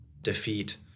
defeat